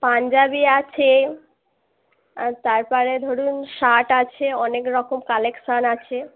পাঞ্জাবী আছে আর তারপরে ধরুন শার্ট আছে অনেক রকম কালেকশান আছে